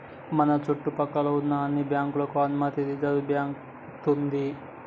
మన చుట్టు పక్కల్లో ఉన్న అన్ని బ్యాంకులకు అనుమతి రిజర్వుబ్యాంకు ఇస్తది